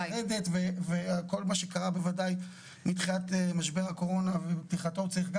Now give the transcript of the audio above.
צריך לרדת וכל מה שקרה בוודאי מבחינת משבר הקורונה צריך גם